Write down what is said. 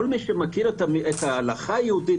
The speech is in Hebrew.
כל מי שמכיר את ההלכה היהודית,